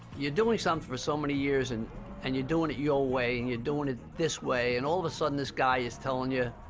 you're doing something for so many years, and and you're doing it your way, and you're doing it this way, and all of a sudden this guy is telling you,